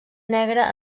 negra